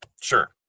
Sure